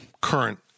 current